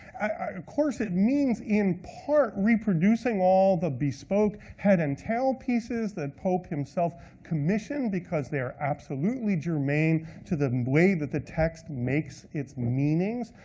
of course it means, in part, reproducing all the bespoke head and tail pieces that pope himself commissioned because they are absolutely germane to the way that the text makes its meanings,